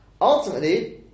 ultimately